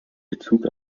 bezug